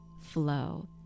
flow